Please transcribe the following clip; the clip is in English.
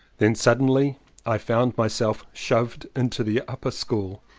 then suddenly i found myself shoved into the upper school,